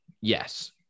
Yes